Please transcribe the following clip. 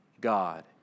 God